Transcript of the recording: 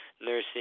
nursing